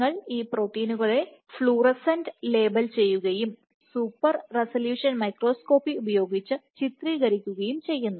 നിങ്ങൾ ഈ പ്രോട്ടീനുകളെ ഫ്ലൂറസന്റ് ലേബൽ ചെയ്യുകയും സൂപ്പർ റെസല്യൂഷൻ മൈക്രോസ്കോപ്പി ഉപയോഗിച്ച് ചിത്രീകരിക്കുകയും ചെയ്യുന്നു